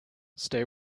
stay